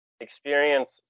Experience